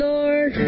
Lord